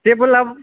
जेबो लाबो